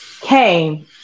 came